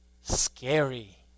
scary